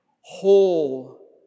whole